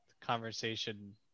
conversation